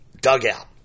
dugout